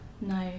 No